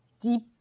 deep